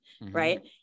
right